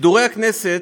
שידורי הכנסת,